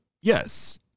yes